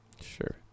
Sure